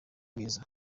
mwiza